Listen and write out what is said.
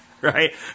right